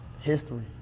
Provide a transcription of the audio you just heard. history